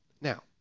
now